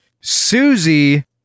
Susie